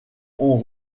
ont